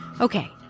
Okay